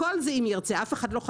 הכול זה אם ירצה, אף אחד לא חייב.